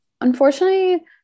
Unfortunately